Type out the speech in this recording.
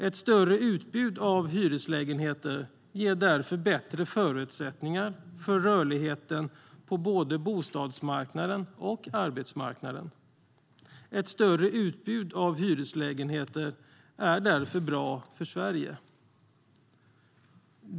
Ett större utbud av hyreslägenheter ger därför bättre förutsättningar för rörligheten på både bostadsmarknaden och arbetsmarknaden. Ett större utbud av hyreslägenheter är därför bra för Sverige.